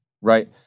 right